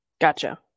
Gotcha